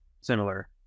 similar